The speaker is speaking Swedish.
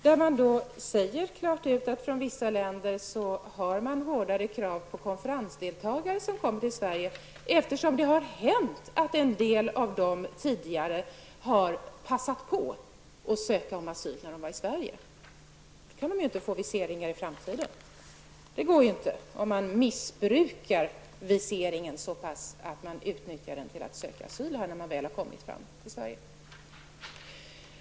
Där sägs det klart ut att man ställer hårdare krav på konferensdeltagare från vissa länder som kommer till Sverige, eftersom det har hänt att en del av dem har passat på att söka asyl när de var i Sverige. Då kan man ju inte ge viseringar i framtiden till människor från dessa länder. Det går ju inte, om de missbrukar viseringen så pass att de utnyttjar den till att söka asyl när de väl har kommit till Sverige.